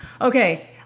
Okay